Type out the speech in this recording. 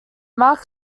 mark